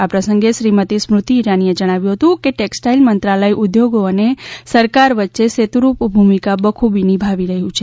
આ પ્રસંગે શ્રીમતી સ્મૃતિ ઇરાનીએ જણાવ્યું હતું કે ટેક્ષ્ટાઈલ મંત્રાલય ઉદ્યોગો અને સરકાર વચ્ચે સેતુરૂપ ભૂમિકા બખૂબી નિભાવી રહી છે